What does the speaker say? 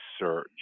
search